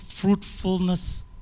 fruitfulness